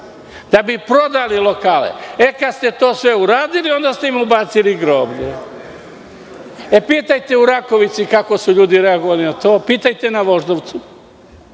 da bi prodali lokale. E, kad ste to sve uradili, onda ste im ubacili groblje. Pitajte u Rakovici kako su ljudi reagovali na to, pitajte u Voždovcu,